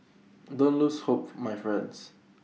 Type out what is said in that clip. don't lose hope my friends